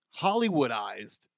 Hollywoodized